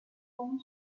公司